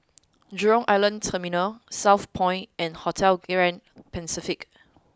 Jurong Island Terminal Southpoint and Hotel Grand Pacific